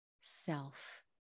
self